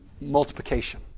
multiplication